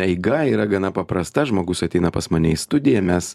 eiga yra gana paprasta žmogus ateina pas mane į studiją mes